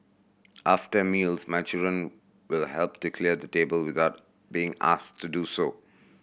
after meals my children will help to clear the table without being asked to do so